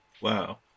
Wow